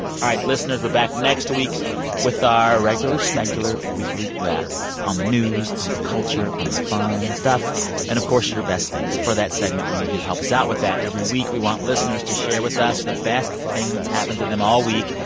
right. listeners, we're back next week with our regular, schmegular weekly wrap on the news, on the culture, on the fun stuff and of course, your best things. for that segment, we need you to help us out with that every week. we want listeners to share with us the best thing that's happened to them all week.